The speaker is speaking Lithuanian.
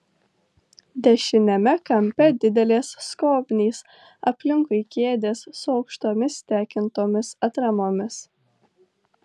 dešiniame kampe didelės skobnys aplinkui kėdės su aukštomis tekintomis atramomis